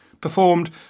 performed